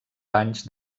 banys